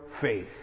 faith